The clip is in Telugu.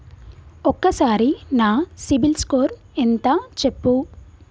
ఒక్కసారి నా సిబిల్ స్కోర్ ఎంత చెప్పు?